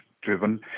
driven